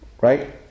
right